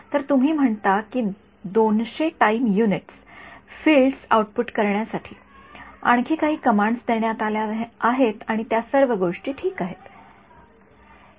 तर तुम्ही म्हणता की २00 टाइम युनिट्स फील्डस आउटपुट करण्यासाठी आणखी काही कमांडस देण्यात आल्या आहेत आणि त्या सर्व गोष्टी ठीक आहे